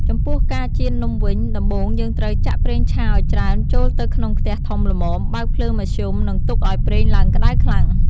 ចំពោះ ការចៀននំវិញ ដំបូងយើងត្រូវចាក់ប្រេងឆាឱ្យច្រើនចូលទៅក្នងខ្ទះធំល្មម បើកភ្លើងមធ្យម និងទុកឱ្យប្រេងឡើងក្តៅខ្លាំង។